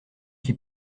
qui